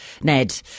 Ned